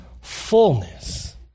fullness